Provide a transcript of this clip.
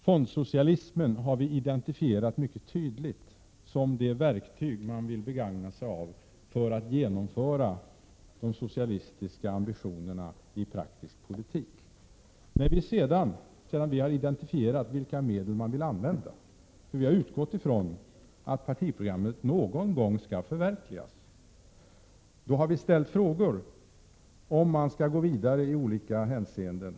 Fondsocialismen har vi identifierat mycket tydligt som det verktyg man vill begagna sig av för att genomföra de socialistiska ambitionerna och omvandla dem till praktisk politik. Vi har utgått ifrån att partiprogrammet någon gång skall förverkligas, och sedan vi identifierat vilka medel man vill använda har vi frågat hur man skall gå vidare i olika hänseenden.